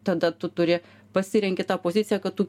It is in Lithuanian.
tada tu turi pasirenki tą poziciją kad tu